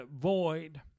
void